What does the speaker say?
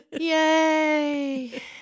Yay